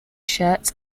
shirts